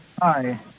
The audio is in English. Hi